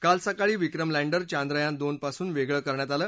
काल सकाळी विक्रम लँडर चांद्रयान दोनपासून वेगळं करण्यात आलं